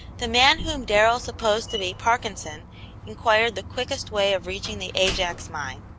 the man whom darrell supposed to be parkinson inquired the quickest way of reaching the ajax mine.